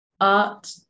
art